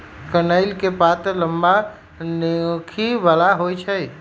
कनइल के पात लम्मा, नोखी बला होइ छइ